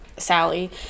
sally